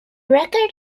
record